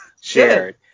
shared